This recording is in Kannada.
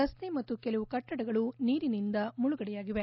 ರಸ್ತೆ ಮತ್ತು ಕೆಲವು ಕಟ್ಟಡಗಳು ನೀರಿನಲ್ಲಿ ಮುಳುಗಡೆಯಾಗಿವೆ